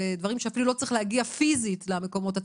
דברים שאפילו לא צריך להגיע פיזית למקומות עצמם.